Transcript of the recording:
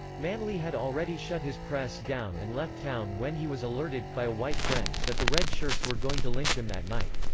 manly had already shut his press down and left town when he was alerted, by a white friend, that the red shirts were going to lynch him that night.